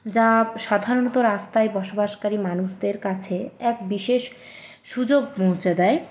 যা সাধারনত রাস্তায় বসবাসকারী মানুষদের কাছে এক বিশেষ সুযোগ পৌঁছে দেয়